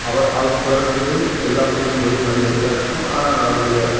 அவர் அவர் குரல் வந்து எல்லா மொழிக்கும் ஒரேமாதிரியாதான் இருக்கும் ஆனால் அவருடைய